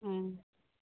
ᱦᱟᱸ